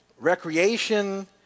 recreation